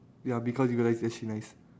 ya because you realise it's actually nice